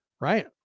Right